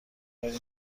داریم